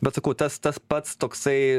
bet sakau tas tas pats toksai